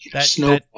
snowball